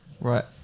Right